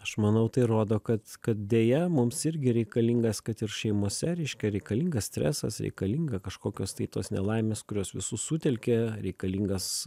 aš manau tai rodo kad kad deja mums irgi reikalingas kad ir šeimose reiškia reikalingas stresas reikalinga kažkokios tai tos nelaimės kurios visus sutelkia reikalingas